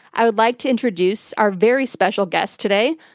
i would like to introduce our very special guest today,